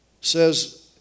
says